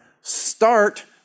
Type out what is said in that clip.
start